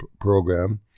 program